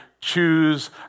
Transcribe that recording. choose